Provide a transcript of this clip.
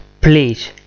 please